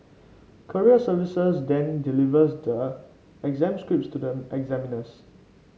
courier service then delivers the exam scripts to the examiners